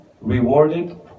rewarded